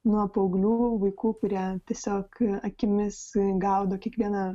nuo paauglių vaikų kurie tiesiog akimis gaudo kiekvieną